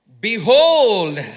Behold